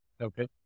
Okay